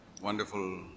wonderful